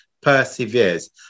perseveres